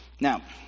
Now